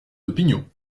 opinions